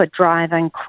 driving